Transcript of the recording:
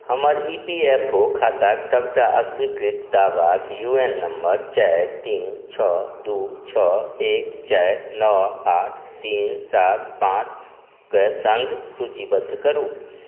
हमर E P F O खाताके सबटा अस्वीकृत दावाके यू ए एन नम्बर चारि तीन छओ दुइ छओ एक चारि नओ आठ तीन सात पाँचके सङ्ग सूचीबद्ध करू